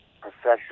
professional